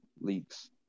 leaks